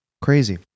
Crazy